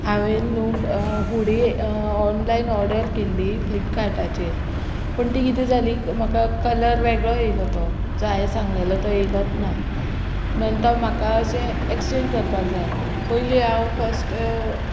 हांवें नू हुडी ऑनलायन ऑर्डर केल्ली फ्लिपकार्टाचेर पूण ती कितें जाली म्हाका कलर वेगळो येयलो तो जो हांवें सांगलेलो तो येयलोच ना नंतर म्हाका अशें एक्सचेंज करपाक जाय पयली हांव फस्ट